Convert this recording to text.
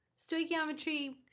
stoichiometry